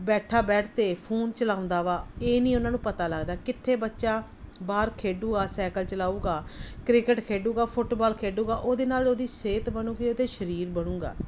ਬੈਠਾ ਬੈਡ 'ਤੇ ਫੂਨ ਚਲਾਉਂਦਾ ਵਾ ਇਹ ਨਹੀਂ ਉਹਨਾਂ ਨੂੰ ਪਤਾ ਲੱਗਦਾ ਕਿੱਥੇ ਬੱਚਾ ਬਾਹਰ ਖੇਡੇਗਾ ਸਾਈਕਲ ਚਲਾਏਗਾ ਕ੍ਰਿਕਟ ਖੇਡੇਗਾ ਫੁਟਬਾਲ ਖੇਡੇਗਾ ਉਹਦੇ ਨਾਲ ਉਹਦੀ ਸਿਹਤ ਬਣੇਗੀ ਅਤੇ ਸਰੀਰ ਬਣੇਗਾ